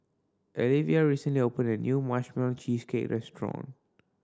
Alivia recently open a new cheesecake restaurant